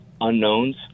unknowns